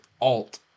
alt